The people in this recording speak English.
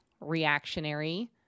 reactionary